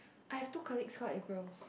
I have two colleagues call April